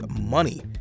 money